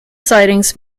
sidings